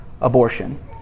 abortion